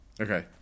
Okay